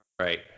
right